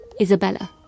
Isabella